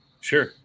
sure